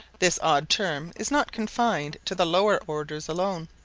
this odd term is not confined to the lower orders alone,